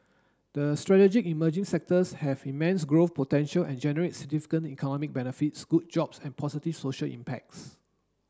the strategic emerging sectors have immense growth potential and generate significant economic benefits good jobs and positive social impact